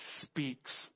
speaks